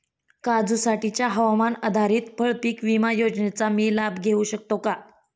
काजूसाठीच्या हवामान आधारित फळपीक विमा योजनेचा मी लाभ घेऊ शकतो का?